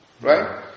Right